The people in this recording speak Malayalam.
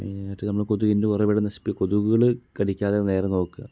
മെയിനായിട്ട് നമ്മൾ കൊതുകിൻ്റെ ഉറവിടം നശിപ്പിക്കുക കൊതുകുകൾ കടിക്കാതെ നേരെ നോക്കുക